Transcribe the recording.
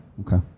okay